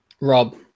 Rob